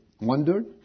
wondered